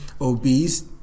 obese